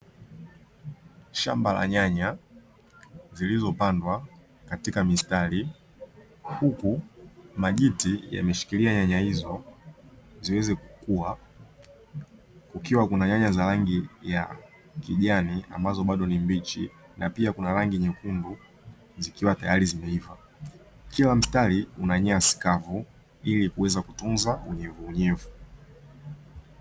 Shamba la nyanya zilizo pandwa katika mistari, huku majiti yameshikilia nyanya hizo ziweze kukua, kukiwa kuna nyanya za rangi ya kijani, ambazo bado ni mbichi na pia kuna rangi nyekundu zikiwa tayari zimeiva. Kila mstari una nyasi kavu ili kuweza kutunza unyevunyevu.